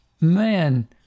man